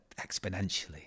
exponentially